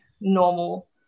normal